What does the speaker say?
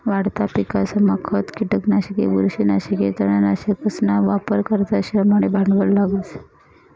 वाढता पिकसमा खते, किटकनाशके, बुरशीनाशके, तणनाशकसना वापर करता श्रम आणि भांडवल लागस